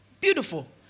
Beautiful